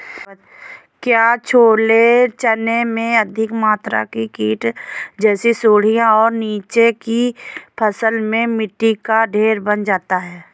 क्या छोले चने में अधिक मात्रा में कीट जैसी सुड़ियां और नीचे की फसल में मिट्टी का ढेर बन जाता है?